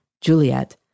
Juliet